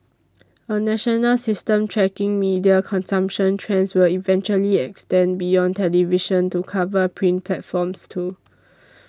a national system tracking media consumption trends will eventually extend beyond television to cover print platforms too